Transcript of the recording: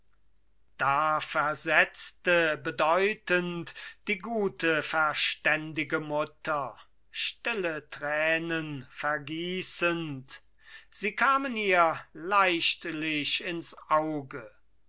da versetzte bedeutend die gute verständige mutter stille tränen vergießend sie kamen ihr leichtlich ins auge